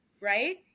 right